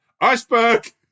iceberg